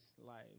life